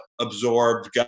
absorbed